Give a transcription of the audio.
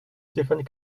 stéphane